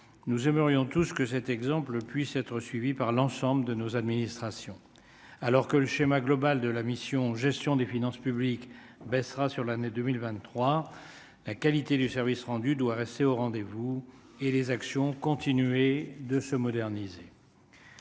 nous aimerions tous ceux que cet exemple, puisse être suivi par l'ensemble de nos administrations, alors que le schéma global de la mission Gestion des finances publiques baissera sur l'année 2023 la qualité du service rendu doit rester au rendez-vous et les actions ont continué de se moderniser.